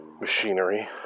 machinery